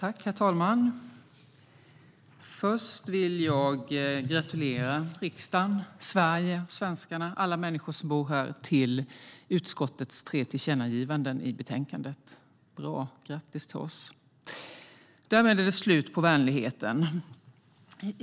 Herr talman! Först vill jag gratulera riksdagen, Sverige, svenskarna och alla människor som bor här till utskottets tre tillkännagivanden i betänkandet. Bra! Grattis till oss! Därmed är det slut på vänligheten.